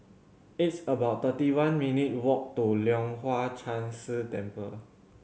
it's about thirty one minutes' walk to Leong Hwa Chan Si Temple